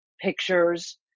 pictures